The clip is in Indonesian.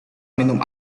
minum